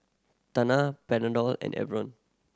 Tena Panadol and Enervon